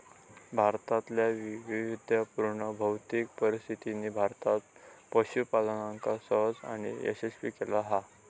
भारतातल्या विविधतापुर्ण भौतिक परिस्थितीनी भारतात पशूपालनका सहज आणि यशस्वी केला हा